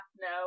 no